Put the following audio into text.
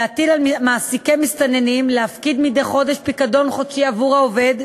להטיל על מעסיקי מסתננים להפקיד מדי חודש פיקדון חודשי עבור העובד,